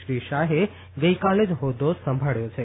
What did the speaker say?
શ્રી શાહે ગઇકાલે જ હોદ્દો સંભાળ્યો છે